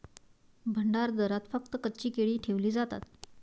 भंडारदऱ्यात फक्त कच्ची केळी ठेवली जातात